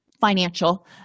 financial